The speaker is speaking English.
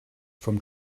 from